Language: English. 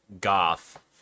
goth